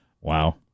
Wow